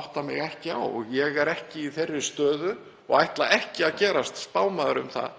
átta mig ekki á, ég er ekki í þeirri stöðu og ætla ekki að gerast spámaður um það,